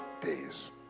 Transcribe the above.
days